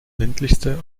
ländlichste